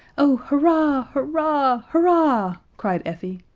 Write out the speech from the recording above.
oh, hurrah, hurrah, hurrah! cried effie,